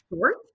short